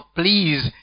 please